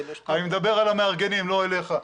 תשים בצד --- אני מדבר על המארגנים, לא אליך.